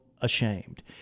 ashamed